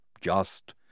Just